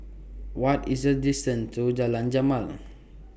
What IS The distance to Jalan Jamal